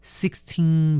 sixteen